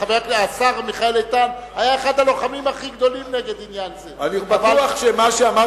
השר מיכאל איתן היה אחד הלוחמים הכי גדולים נגד עניין זה.